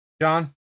john